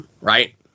Right